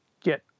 get